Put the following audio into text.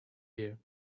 here